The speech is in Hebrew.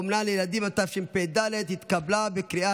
(אומנה לילדים), התשפ"ד 2023,